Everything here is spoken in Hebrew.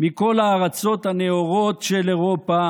מכל הארצות ה'נאורות' של אירופה